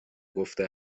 گفته